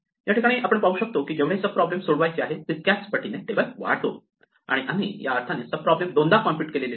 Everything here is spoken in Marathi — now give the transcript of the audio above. याठिकाणी आपण पाहू शकतो की जेवढे सब प्रॉब्लेम सोडवायचे आहेत तितक्याच पटीने टेबल वाढतो आणि आम्ही या अर्थाने सब प्रॉब्लेम दोनदा कॉम्प्युट केले नाही